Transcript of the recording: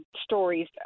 stories